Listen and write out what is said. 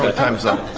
ah time's up.